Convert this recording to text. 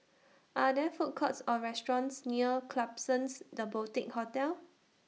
Are There Food Courts Or restaurants near Klapsons The Boutique Hotel